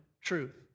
truth